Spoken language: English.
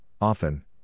often